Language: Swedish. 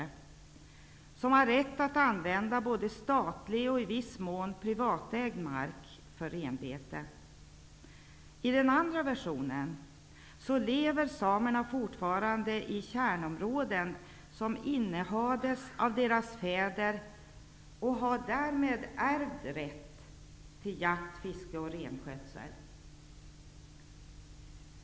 De anses har rätt att använda statlig och i viss mån privatägd mark för renbete. Enligt den andra versionen lever samerna fortfarande i kärnområden som innehades av deras fäder. Därmed har samerna en ärvd rätt till jakt, fiske och renskötsel.